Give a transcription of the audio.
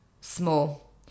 small